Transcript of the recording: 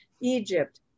Egypt